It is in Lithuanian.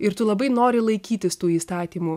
ir tu labai nori laikytis tų įstatymų